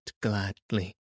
gladly